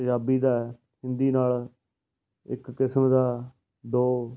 ਪੰਜਾਬੀ ਦਾ ਹਿੰਦੀ ਨਾਲ ਇੱਕ ਕਿਸਮ ਦਾ ਦੋ